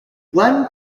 glenn